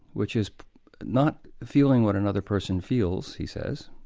which is not feeling what another person feels, he says,